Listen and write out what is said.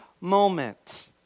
moment